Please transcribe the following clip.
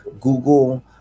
Google